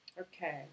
Okay